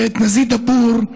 ואת נזיה דבור,